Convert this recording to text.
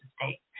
state